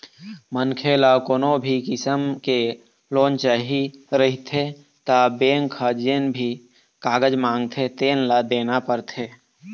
मनखे ल कोनो भी किसम के लोन चाही रहिथे त बेंक ह जेन भी कागज मांगथे तेन ल देना परथे